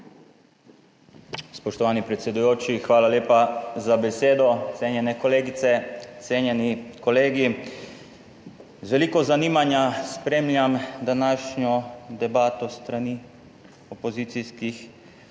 Spoštovani predsedujoči, hvala lepa za besedo. Cenjene kolegice, cenjeni kolegi. Z veliko zanimanja spremljam današnjo debato s strani opozicijskih